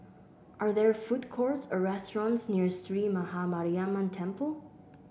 are there food courts or restaurants near Sree Maha Mariamman Temple